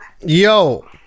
Yo